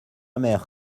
mère